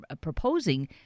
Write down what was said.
proposing